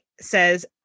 says